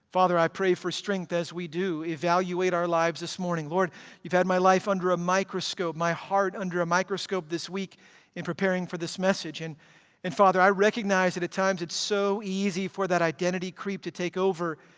father i pray for strength as we do evaluate our lives this morning. lord you've had my life under a microscope, my heart under a microscope this week in preparing for this message, and and father i recognize that at times it's so easy for that identity creep to take over,